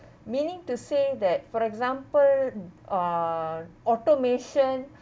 meaning to say that for example uh automation